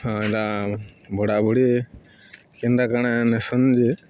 ହଁ ଏଟା ଭଡ଼ା ଭୁଡ଼ି କେନ୍ତା କାଣା ନେସନ୍ ଯେ